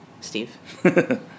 Steve